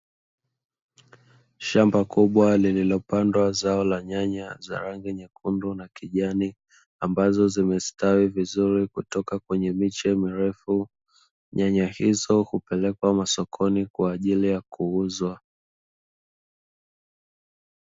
Shamba kubwa lililo pandwa zao la nyanya za rangi nyekundu na kijani, ambazo zimestawi vizuri kutoka kwenye miche mirefu, nyanya hizo hupelekwa masokoni kwa ajili ya kuuzwa.